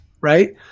right